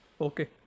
okay